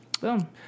Boom